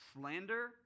slander